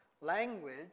language